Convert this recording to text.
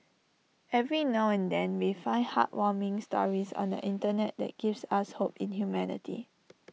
every now and then we find heartwarming stories on the Internet that gives us hope in humanity